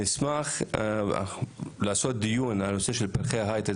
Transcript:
אני אשמח לעשות דיון על הנושא של "פרחי ההייטק".